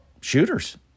shooters